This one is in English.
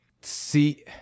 See